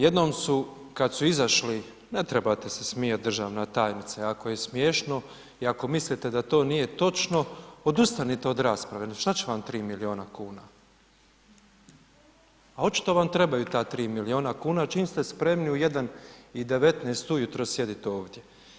Jednom su kad su izašli, ne trebate se smijati državna tajnice ako je smiješno i ako mislite da to nije točno, odustanite od rasprave, šta će vam 3 milijuna kuna, a očito vam trebaju ta 3 milijuna kuna čim ste spremni u 1 i 19 ujutro sjedit ovdje.